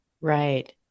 Right